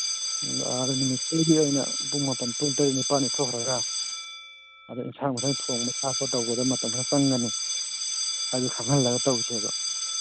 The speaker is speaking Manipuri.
ꯑꯥꯗ ꯅꯨꯃꯤꯠ ꯑꯣꯜꯔꯦꯗꯤ ꯑꯩꯅ ꯄꯨꯡ ꯃꯥꯄꯟ ꯄꯨꯡ ꯇꯔꯦꯠ ꯅꯤꯄꯥꯟꯗꯩ ꯊꯣꯛꯈ꯭ꯔꯒ ꯑꯗ ꯏꯟꯁꯥꯡ ꯅꯨꯡꯁꯥꯡ ꯊꯣꯡꯕ ꯊꯥꯛꯄ ꯇꯧꯕꯗ ꯃꯇꯝ ꯈꯔ ꯆꯪꯒꯅꯤ ꯑꯗꯨ ꯈꯪꯍꯜꯂꯒ ꯇꯧꯁꯦꯕ